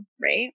right